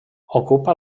ocupa